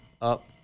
up